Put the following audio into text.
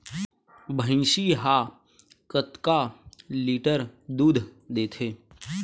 भंइसी हा कतका लीटर दूध देथे?